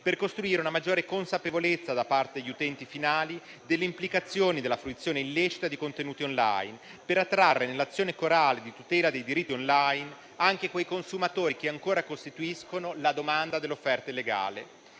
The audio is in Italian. per costruire una maggiore consapevolezza da parte degli utenti finali delle implicazioni della fruizione illecita di contenuti *online*, per attrarre nell'azione corale di tutela dei diritti *online* anche quei consumatori che ancora costituiscono la domanda dell'offerta illegale.